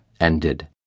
ended